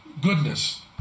goodness